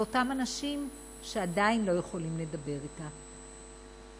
לאותם אנשים שעדיין לא יכולים לדבר את העברית.